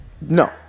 No